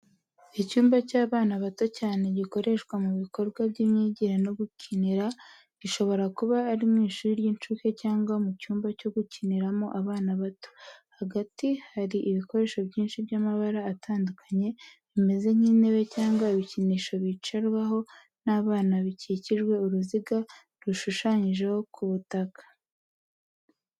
Icyumba cy’abana bato cyane gikoreshwa mu bikorwa by’imyigire no gukinira, gishobora kuba ari mu ishuri ry’incuke cyangwa mu cyumba cyo gukiniramo abana bato. Hagati hari ibikoresho byinshi by’amabara atandukanye bimeze nk’intebe cyangwa ibikinisho bicarwaho n’abana bikikije uruziga rushushanyije ku butaka.